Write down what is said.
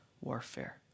warfare